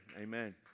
Amen